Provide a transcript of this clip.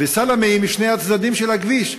וסלאמה בין שני הצדדים של הכביש.